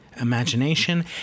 imagination